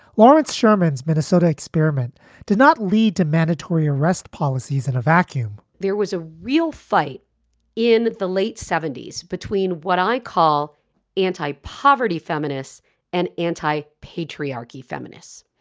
lawrence sherman's minnesota experiment did not lead to mandatory arrest policies in a vacuum there was a real fight in the late seventy s between what i call anti-poverty feminists and anti patriarchy feminists.